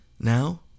Now